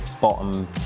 bottom